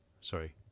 Sorry